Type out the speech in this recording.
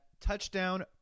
touchdown